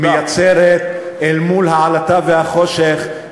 מייצרת אל מול העלטה והחושך,